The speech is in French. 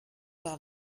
par